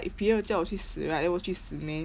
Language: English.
if 别人的叫我去死 right 我去死 meh